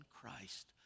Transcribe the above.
Christ